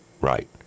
right